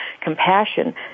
compassion